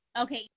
Okay